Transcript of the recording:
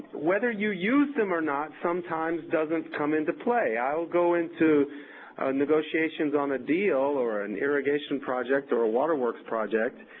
whether you use them or not sometimes doesn't come into play. i will go into negotiations on a deal or an irrigation project or a waterworks project,